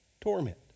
torment